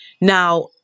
Now